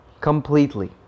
Completely